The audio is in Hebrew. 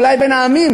אולי בין עמים,